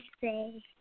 say